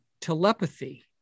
telepathy